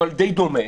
אבל די דומה